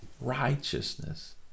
righteousness